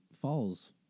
falls